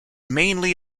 mainly